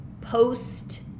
post